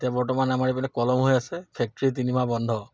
এতিয়া বৰ্তমান আমাৰ এই পিনে কলম হৈ আছে ফেক্টৰী তিনিমাহ বন্ধ